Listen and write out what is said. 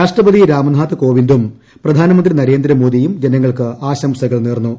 രാഷ്ട്രപതി രാംനാഥ് കോവിന്ദും പ്രധാനമന്ത്രി നരേന്ദ്രമോദിയും ജനങ്ങൾക്ക് ആശംസകൾ നേർന്നു